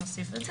נוסיף את זה.